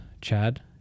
Chad